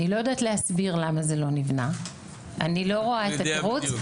אני לא יודעת להסביר למה זה לא נבנה אני לא רואה את התירוץ,